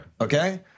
okay